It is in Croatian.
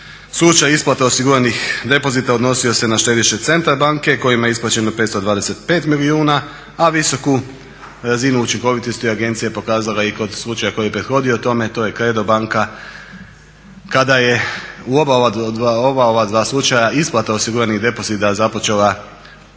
slučaj isplate osiguranih depozita odnosio se na štediše Centar banke kojima je isplaćeno 525 milijuna a visoku razinu učinkovitosti agencija je pokazala i kod slučaja koji je prethodio tome, to je Credo banka kada je u oba ova dva slučaja isplata osiguranih depozita započela do